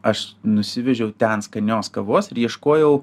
aš nusivežiau ten skanios kavos ir ieškojau